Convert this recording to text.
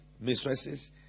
mistresses